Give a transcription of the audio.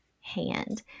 hand